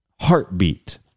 heartbeat